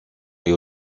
est